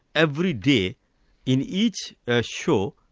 every day in each ah show,